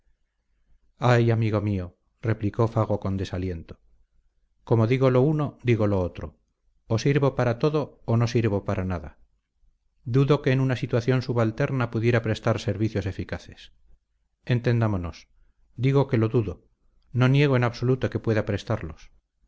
ay amigo mío replicó fago con desaliento como digo lo uno digo lo otro o sirvo para todo o no sirvo para nada dudo que en una situación subalterna pudiera prestar servicios eficaces entendámonos digo que lo dudo no niego en absoluto que pueda prestarlos